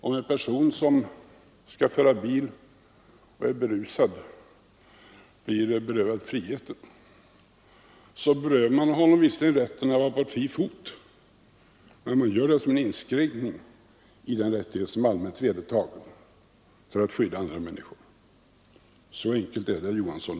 Om en person som skall föra bil och är berusad blir berövad friheten, så berövar man honom visserligen rätten att vara på fri fot, men denna inskränkning i en rättighet som är allmänt vedertagen gör man för att skydda andra människor. Så enkelt är det, herr Johansson.